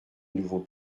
nouveau